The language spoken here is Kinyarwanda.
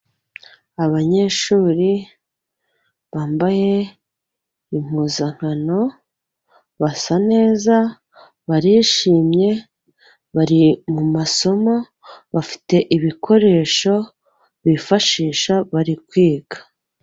Abanyeshuri bambaye impuzankano basa neza barishimye bari mu masomo bafite ibikoresho bifashisha bari kwiga.